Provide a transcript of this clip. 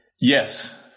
yes